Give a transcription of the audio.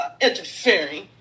Interfering